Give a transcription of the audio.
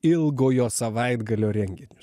ilgojo savaitgalio renginius